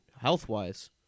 health-wise